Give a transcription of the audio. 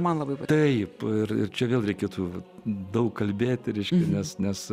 man labai taip ir ir čia gal reikėtų daug kalbėti ir mes nes